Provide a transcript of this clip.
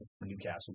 Newcastle